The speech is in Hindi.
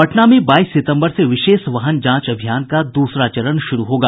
पटना में बाईस सितम्बर से विशेष वाहन जांच अभियान का दूसरा चरण शुरू होगा